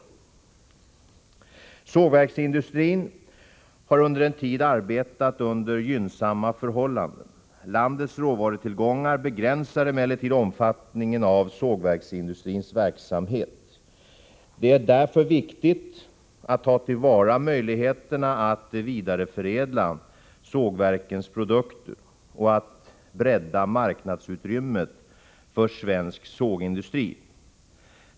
Sågverksindustrin har under en tid arbetat under gynnsamma förhållanden. Landets råvarutillgångar begränsar emellertid omfattningen av sågverksindustrins verksamhet. Det är därför viktigt att ta till vara möjligheterna att vidareförädla sågverkens produkter och att bredda marknadsutrymmet för svensk sågverksindustri.